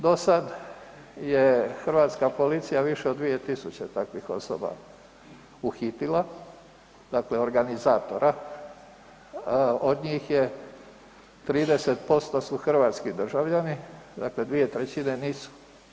Do sad je hrvatska policija više od 2000 takvih osoba uhitila, dakle organizatora, od njih je 30% su hrvatski državljani, dakle 2/3 nisu.